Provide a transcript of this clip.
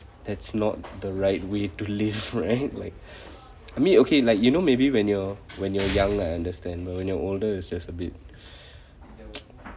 that's not the right way to live right like I mean okay like you know maybe when you're when you're young I understand but when you're older it's just a bit